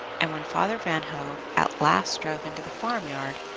and when father van hove at last drove into the farmyard,